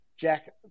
Jack